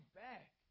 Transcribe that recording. back